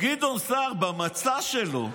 גדעון סער, במצע שלו,